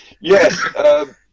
Yes